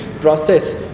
process